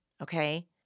okay